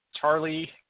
Charlie